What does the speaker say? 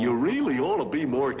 you really ought to be more